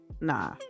nah